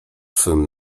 swym